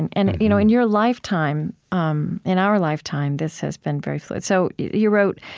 and and you know in your lifetime, um in our lifetime, this has been very fluid. so you wrote,